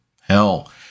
Hell